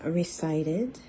recited